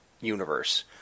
universe